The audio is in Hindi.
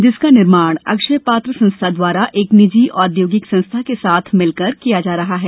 जिसका निर्माण अक्षय पात्र संस्था द्वारा एक निजी औद्योगिक संस्था के साथ भिलकर किया जा रहा है